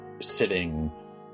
sitting